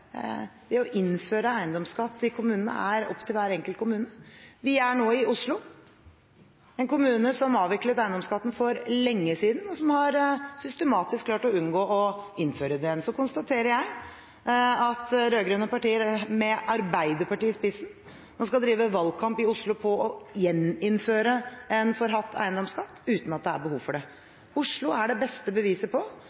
Det å innføre eiendomsskatt i kommunene er opp til hver enkelt kommune. Vi er nå i Oslo, en kommune som avviklet eiendomsskatten for lenge siden, og som systematisk har klart å unngå å innføre den igjen. Så konstaterer jeg at rød-grønne partier med Arbeiderpartiet i spissen nå skal drive valgkamp i Oslo på å gjeninnføre en forhatt eiendomsskatt uten at det er behov for det. Oslo er det beste beviset på